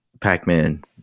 Pac-Man